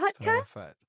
podcast